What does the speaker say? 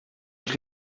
ich